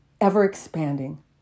ever-expanding